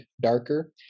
darker